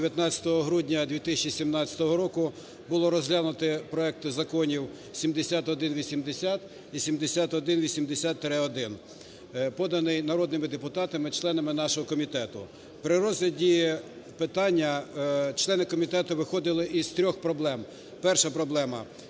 19 грудня 2017 року було розглянуто проекти законів 7180 і 7180-1, поданий народними депутатами - членами нашого комітету. При розгляді питання члени комітету виходили із трьох проблем. Перша проблема -